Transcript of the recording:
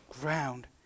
ground